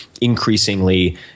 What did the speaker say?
increasingly